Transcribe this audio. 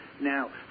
Now